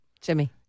Jimmy